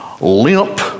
limp